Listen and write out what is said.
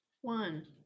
One